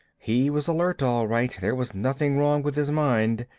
he was alert, all right there was nothing wrong with his mind.